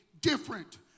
different